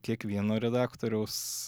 kiekvieno redaktoriaus